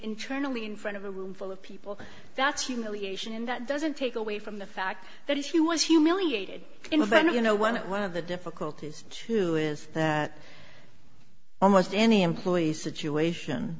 internally in front of a roomful of people that's humiliation in that doesn't take away from the fact that he was humiliated in a venue you know when one of the difficulties too is that almost any employee situation